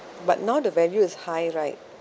but now the value is high right